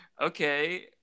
Okay